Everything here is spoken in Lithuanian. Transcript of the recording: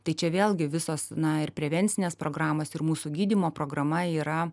tai čia vėlgi visos na ir prevencinės programos ir mūsų gydymo programa yra